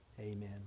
Amen